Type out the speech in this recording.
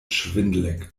schwindelig